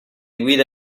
guida